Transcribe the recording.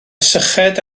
syched